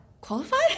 qualified